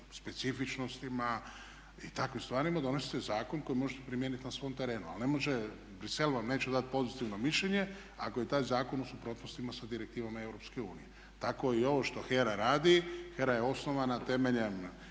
specifičnostima i takvim stvarima donosite zakon koji možete primijeniti na svom terenu. Ali ne može, Bruxelles vam neće dati pozitivno mišljenje ako je taj zakon u suprotnostima sa direktivama EU. Tako i ovo što HERA radi, HERA je osnovana temeljem